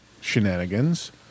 shenanigans